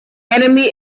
enemy